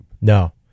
No